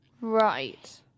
Right